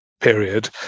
period